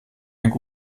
einen